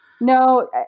No